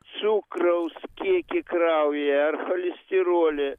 cukraus kiekį kraujyje ar cholesterolį